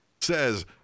Says